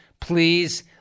please